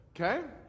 Okay